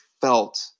felt